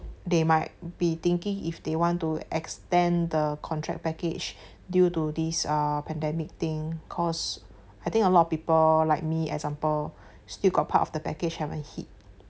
they might be thinking if they want to extend the contract package due to this uh pandemic thing cause I think a lot of people like me example still got part of the package haven't hit